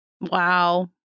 Wow